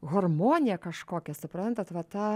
hormoniją kažkokią suprantat va tą